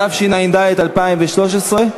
התשע"ד 2013,